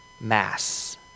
Mass